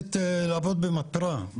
מחפשת לעבוד במתפרה,